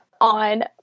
on